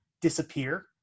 disappear